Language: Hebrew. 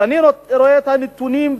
כשאני רואה את הנתונים,